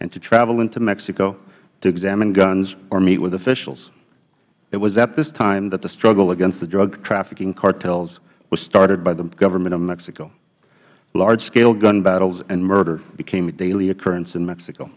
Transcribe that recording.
and to travel into mexico to examine guns or meet with officials it was at this time that the struggle against the drug trafficking cartels was started by the government of mexico large scale gun battles and murder became a daily occurrence in mexico